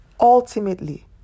Ultimately